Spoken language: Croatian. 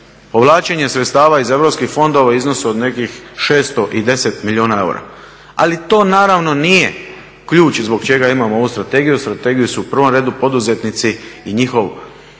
povlačenje sredstava iz europskih fondova u iznosu od nekih 610 milijuna eura. Ali to naravno nije ključ i zbog čega imamo ovu strategiju, strategiju su u prvom redu poduzetnici i njihov i utjecaj